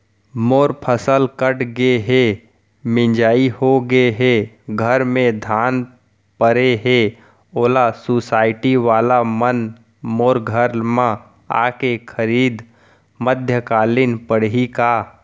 मोर फसल कट गे हे, मिंजाई हो गे हे, घर में धान परे हे, ओला सुसायटी वाला मन मोर घर म आके खरीद मध्यकालीन पड़ही का?